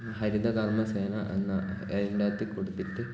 ഹരിതകർമ്മസേന എന്ന ഇതിന്റകത്ത് കൊടുത്തിട്ട്